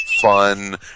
fun